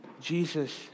Jesus